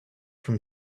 from